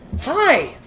Hi